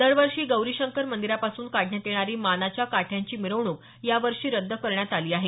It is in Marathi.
दरवर्षी गौरीशंकर मंदिरापासून काढण्यात येणारी मानाच्या काठ्यांची मिरवणूक यावर्षी रद्द करण्यात आली आहे